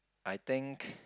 I think